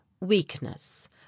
weakness